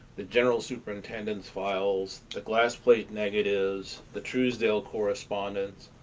the general superintendent's files, the glass plate negatives, the truesdale correspondence,